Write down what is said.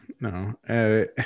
No